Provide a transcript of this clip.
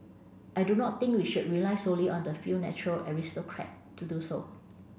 I do not think we should rely solely on the few natural aristocrat to do so